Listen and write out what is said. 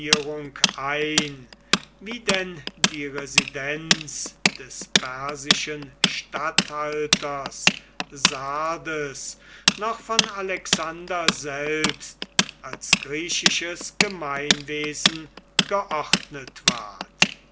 ein wie denn die residenz des persischen statthalters sardes noch von alexander selbst als griechisches gemeinwesen geordnet ward